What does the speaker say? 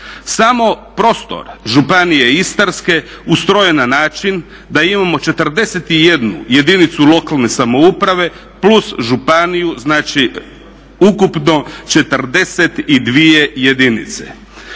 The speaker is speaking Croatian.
Samo prostor Županije Istarske ustrojen na način da imamo 41 jedinicu lokalne samouprave plus županiju. Znači ukupno 42 jedinice.